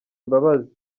imbabazi